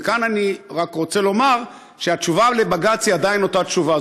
וכאן אני רק רוצה לומר שהתשובה לבג"ץ היא עדיין אותה תשובה,